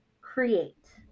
create